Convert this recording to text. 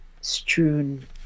strewn